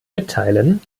mitteilen